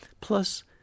Plus